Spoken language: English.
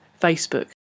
Facebook